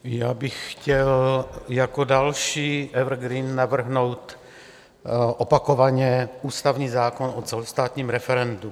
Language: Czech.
Já bych chtěl jako další evergreen navrhnout opakovaně ústavní zákon o celostátním referendu.